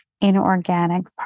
inorganic